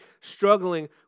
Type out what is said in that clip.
struggling